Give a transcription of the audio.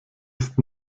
ist